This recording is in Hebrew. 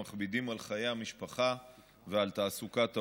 המכבידים על חיי המשפחה ועל תעסוקת ההורה.